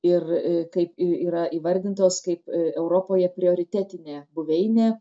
ir kaip yra įvardintos kaip europoje prioritetinė buveinė